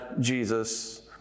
Jesus